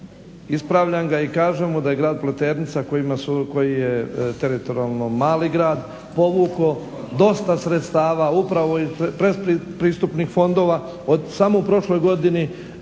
Ispravljam ga i kažem mu da je grad Pleternica koji je teritorijalno mali grad povukao dosta sredstava upravo iz predpristupnih fondova. U samo prošloj godini